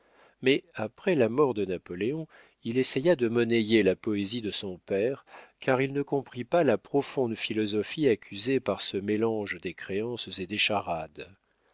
mais après la mort de napoléon il essaya de monnayer la poésie de son père car il ne comprit pas la profonde philosophie accusée par ce mélange des créances et des charades